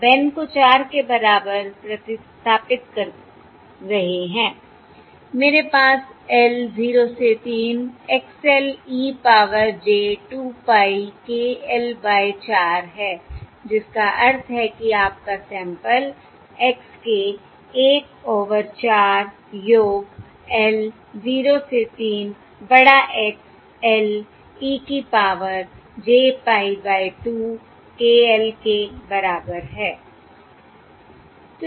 अब N को 4 के बराबर प्रतिस्थापित कर रहे हैं मेरे पास l 0 से 3 X l e power j 2 pie k l by 4 है जिसका अर्थ है कि आपका सैंपल x k 1 ओवर 4 योग l 0 से 3 बड़ा X l e की power j pie by 2 k l के बराबर है